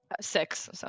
Six